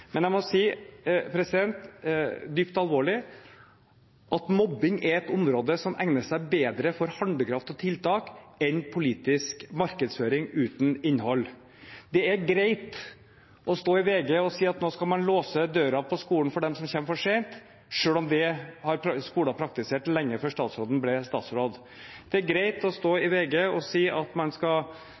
Men jeg må si dypt alvorlig at mobbing er et område som egner seg bedre for handlekraft og tiltak enn politisk markedsføring uten innhold. Det er greit å stå i VG og si at nå skal man låse døren på skolen for dem som kommer for sent, selv om skoler har praktisert det lenge før statsråden ble statsråd. Det er greit å stå i VG og si at man skal